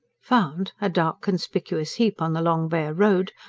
found, a dark conspicuous heap on the long bare road,